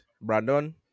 brandon